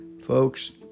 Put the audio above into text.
Folks